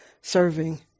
serving